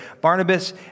Barnabas